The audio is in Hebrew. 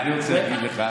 אני רוצה להגיד לך,